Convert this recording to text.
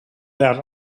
that